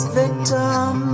victim